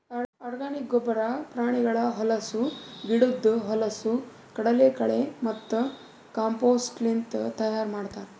organic ಗೊಬ್ಬರ ಪ್ರಾಣಿಗಳ ಹೊಲಸು, ಗಿಡುದ್ ಹೊಲಸು, ಕಡಲಕಳೆ ಮತ್ತ ಕಾಂಪೋಸ್ಟ್ಲಿಂತ್ ತೈಯಾರ್ ಮಾಡ್ತರ್